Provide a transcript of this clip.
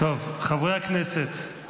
חברי הכנסת,